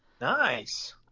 Nice